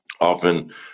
often